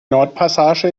nordpassage